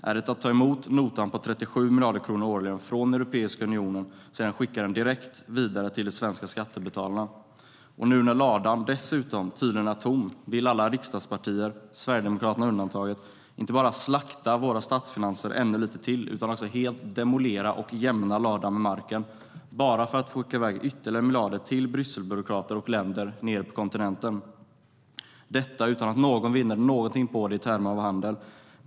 Är det att ta emot notan på 37 miljarder kronor årligen från Europeiska unionen och sedan skicka den direkt vidare till de svenska skattebetalarna? Nu när ladan dessutom tydligen är tom vill alla riksdagspartier med undantag av Sverigedemokraterna inte bara slakta våra statsfinanser ännu lite till utan också helt demolera och jämna ladan med marken, bara för att få skicka iväg ytterligare miljarder till Brysselbyråkrater och länder nere på kontinenten, detta utan att någon vinner någonting på det i termer av handel.